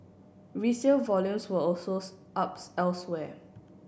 resale volumes were also up elsewhere